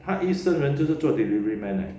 他一生人就是做 delivery man leh